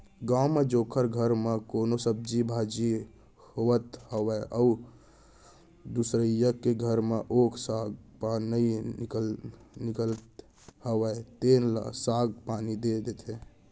गाँव म जेखर घर म कोनो सब्जी भाजी होवत हावय अउ दुसरइया के घर म ओ साग पान नइ निकलत हावय तेन ल साग पान दे देथे